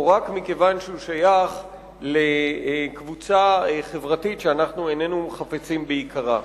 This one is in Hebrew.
או רק מכיוון שהוא שייך לקבוצה חברתית שאנחנו איננו חפצים ביקרה.